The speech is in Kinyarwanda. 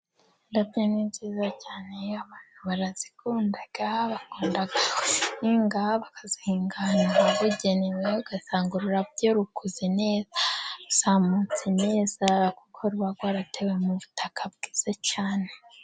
Indabyo ni nziza cyane, abantu barazikunda, bakunda kuzihinga, bakazihinga ahantu habugenewe, ugasanga ururabyo rukuze neza, ruzamutse neza, kuko ruba rwaratewe mu butaka bwiza cyane.